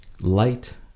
light